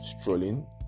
strolling